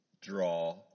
draw